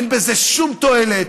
אין בזה שום תועלת,